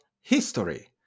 history